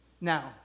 Now